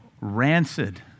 rancid